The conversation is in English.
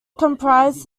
comprise